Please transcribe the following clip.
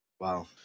wow